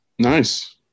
Nice